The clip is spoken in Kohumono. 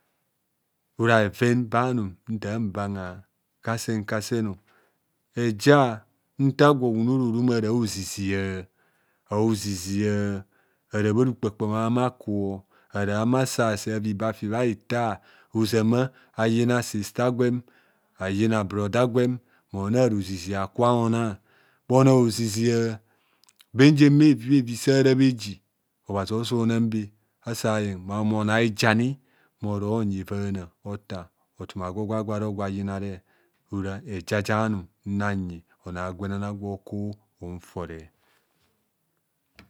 Ora bheven ba anum ntar mbangha kasen kaseno eja nta gwo gwen oro maroma ara a'oziza a'ozizia ara bha rukpakpama amaku ara hama sase ava ibo afi bhahi tar ozama ayina sita gwem ayina boroda gwem mona ara ozizia akubho ana bhona oziza benjen bhevi bhevi sara bheji obhazi oso na mbe ase ma ma ono haijani moronyi evana ota otu ma gwo gwa aro ayina re ora eja ja anum nnanyi onor agwenana gwoku un fore